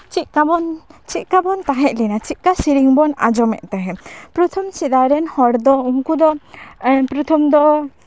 ᱪᱮᱫ ᱠᱟᱵᱚᱱ ᱪᱮᱫᱠᱟᱵᱚᱱ ᱛᱟᱦᱮᱸ ᱞᱮᱱᱟ ᱪᱮᱫᱠᱟ ᱥᱮᱨᱮᱧ ᱵᱚᱱ ᱟᱸᱡᱚᱢᱮᱫ ᱛᱟᱦᱮᱸᱫ ᱯᱨᱚᱛᱷᱚᱢ ᱥᱮᱫᱟᱭ ᱨᱮᱱ ᱦᱚᱲ ᱫᱚ ᱩᱱᱠᱩ ᱫᱚ ᱯᱨᱚᱛᱷᱚᱢ ᱫᱚ